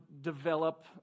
develop